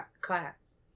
class